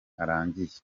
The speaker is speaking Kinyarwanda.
arangiye